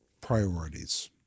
priorities